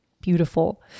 beautiful